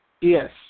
Yes